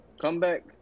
Comeback